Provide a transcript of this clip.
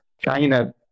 China